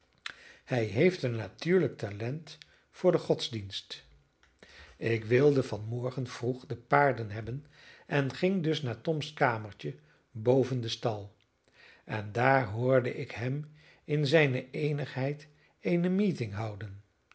hij heeft een natuurlijk talent voor den godsdienst ik wilde van morgen vroeg de paarden hebben en ging dus naar tom's kamertje boven den stal en daar hoorde ik hem in zijne eenigheid eene meeting houden